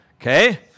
Okay